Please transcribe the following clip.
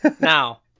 Now